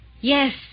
Yes